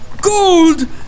Gold